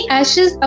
ashes